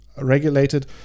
regulated